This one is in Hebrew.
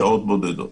שעות בודדות.